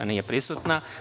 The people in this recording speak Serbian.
Nije prisutna.